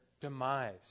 demise